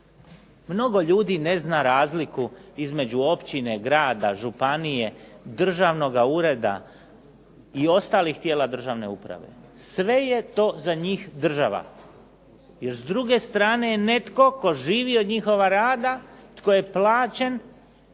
Mnogo ljudi ne zna razliku između općine, grada, županije, državnoga ureda i ostalih tijela državne uprave. Sve je to za njih država, jer s druge strane netko tko živi od njihova rada, tko je plaćen